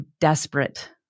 desperate